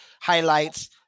highlights